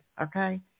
okay